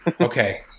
Okay